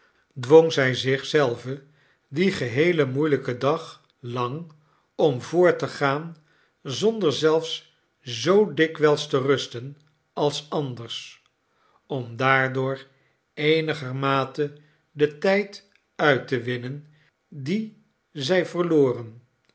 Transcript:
dwong zij zich zelve dien geheelen moeielijken dag lang om voort te gaan zonder zelfs zoo dikwijls te rusten als anders om daardoor eenigermate den tijd uit te winnen dien zij verloren